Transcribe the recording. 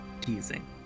teasing